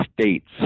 states